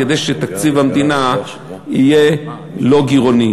כדי שתקציב המדינה יהיה לא גירעוני,